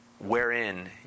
Wherein